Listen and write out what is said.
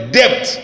debt